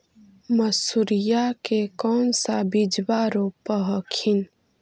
मसुरिया के कौन सा बिजबा रोप हखिन?